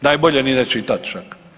Najbolje ni ne čitati čak.